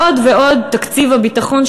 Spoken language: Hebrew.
לעוד ועוד תקציב הביטחון,